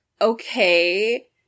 okay